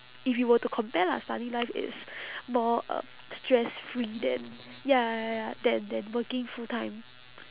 if you were to compare lah study life is more uh stress free than ya ya ya ya than than working full time